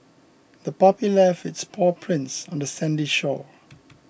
the puppy left its paw prints on the sandy shore